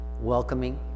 welcoming